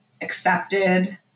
accepted